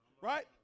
right